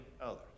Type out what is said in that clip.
others